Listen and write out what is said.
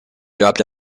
dropped